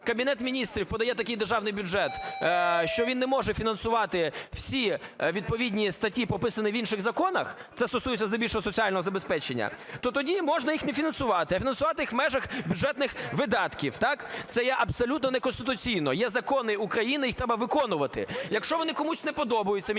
Кабінет Міністрів подає такий Державний бюджет, що він не може фінансувати всі відповідні статті, прописані в інших законах, це стосується здебільшого соціального забезпечення, то тоді можна їх не фінансувати, а фінансувати їх в межах бюджетних видатків. Це є абсолютно неконституційно. Є закони України, їх треба виконувати. Якщо вони комусь не подобаються в Міністерстві